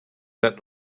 that